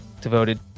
devoted